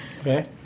Okay